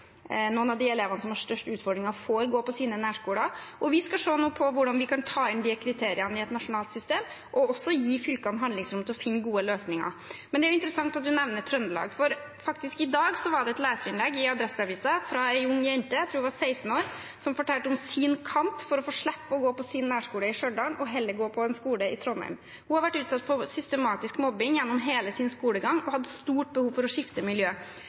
noen av de elevene som har størst utfordringer, får gå på sine nærskoler. Vi skal nå se på hvordan vi kan ta inn disse kriteriene i et nasjonalt system, og også gi fylkene handlingsrom til å finne gode løsninger. Det er interessant at representanten nevner Trøndelag, for i dag var det faktisk et leserinnlegg i Adresseavisen fra en ung jente, jeg tror hun var 16 år, som fortalte om sin kamp for å få slippe å gå på sin nærskole i Stjørdal og heller gå på en skole i Trondheim. Hun har vært utsatt for systematisk mobbing gjennom hele sin skolegang og hadde stort behov for å skifte miljø.